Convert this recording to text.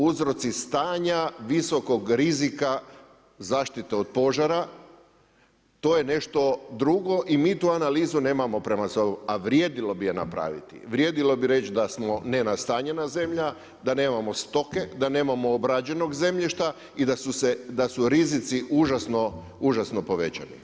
Uzroci stanja visokog rizika zaštite od požara to je nešto drugo i mi tu analizu nemamo pred sobom, a vrijedilo bi je napraviti, vrijedilo bi reći da smo nenastanjena zemlja, da nemamo stoke, da nemamo obrađenog zemljišta i da su rizici užasno povećani.